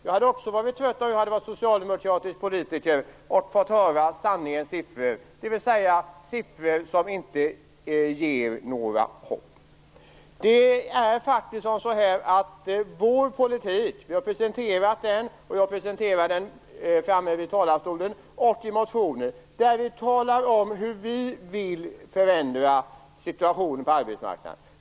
Jag hade också varit trött om jag hade varit socialdemokratisk politiker och fått höra sanningens siffror, dvs. siffror som inte ger något hopp. Vi har presenterat vår politik i motioner och jag presenterade den från talarstolen. Där talar vi om hur vi vill förändra situationen på arbetsmarknaden.